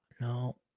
No